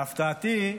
להפתעתי,